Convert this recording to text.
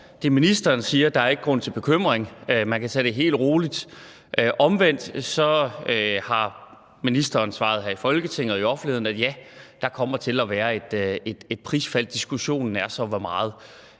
det, ministeren siger, er, at der ikke er grund til bekymring, at man kan tage det helt roligt, men omvendt har ministeren svaret her i Folketinget og i offentligheden: Ja, der kommer til at være et prisfald, og diskussionen bliver så om på hvor meget.